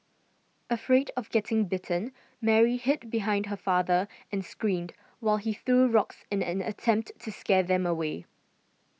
afraid of getting bitten Mary hid behind her father and screamed while he threw rocks in an attempt to scare them away